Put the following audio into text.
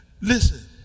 Listen